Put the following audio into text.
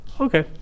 Okay